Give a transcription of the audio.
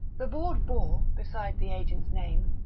the board bore, besides the agent's name,